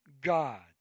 God